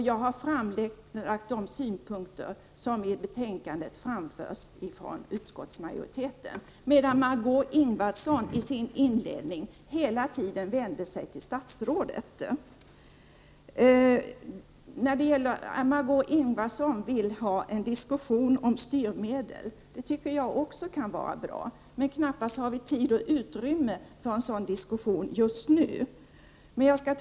Jag har framlagt de synpunkter som i betänkandet framförs av utskottsmajoriteten, medan Marg6 Ingvardsson i sitt inledningsanförande hela tiden vände sig till statsrådet. Det tycker jag också kan vara bra, men vi har knappast tid och utrymme för en sådan diskussion just nu. Jag skall.